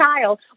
child